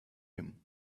him